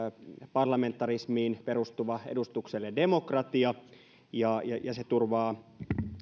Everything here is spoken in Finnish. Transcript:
parlamentarismiin perustuva edustuksellinen demokratia ja se turvaa